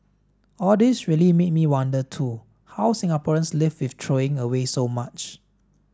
all this really made me wonder too how Singaporeans live with throwing away so much